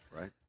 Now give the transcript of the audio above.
Right